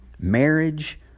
marriage